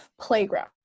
playground